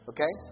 Okay